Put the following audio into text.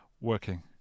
working